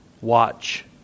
watch